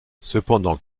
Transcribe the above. cependant